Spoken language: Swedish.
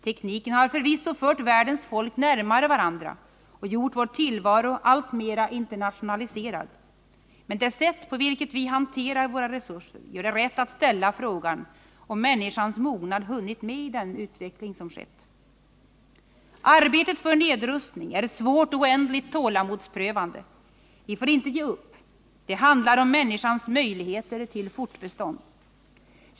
Tekniken har förvisso fört världens folk närmare varandra och gjort vår tillvaro alltmer internationaliserad. Men det sätt på vilket vi hanterar våra resurser gör det rätt att ställa frågan om människans mognad hunnit med i den utveckling som skett. Arbetet för nedrustning är svårt och oändligt tålamodsprövande. Vi får inte ge upp. Det handlar om människans möjligheter till fortbestånd.